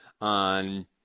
on